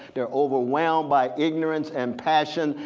they're overwhelmed by ignorance and passion,